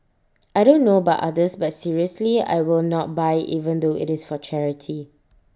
I don't know about others but seriously I will not buy even though IT is for charity